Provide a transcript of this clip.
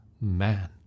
man